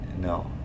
no